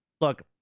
Look